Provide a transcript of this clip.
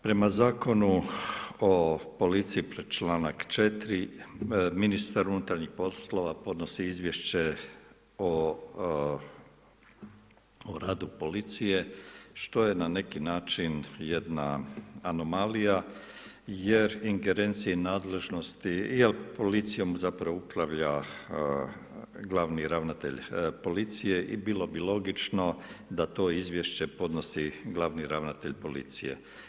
Prema Zakonu o policiji članak 4. ministar unutarnjih poslova podnosi Izvješće o radu policije što je na neki način jedna anomalija jer ingerenciji nadležnosti jer policijom zapravo upravlja glavni ravnatelj policije i bilo bi logično da to izvješće podnosi glavni ravnatelj policije.